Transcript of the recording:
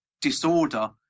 disorder